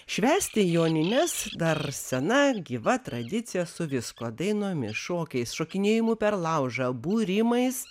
švęsti jonines dar sena gyva tradicija su viskuo dainomis šokiais šokinėjimu per laužą būrimais